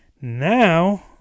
Now